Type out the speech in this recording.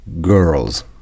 girls